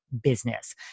Business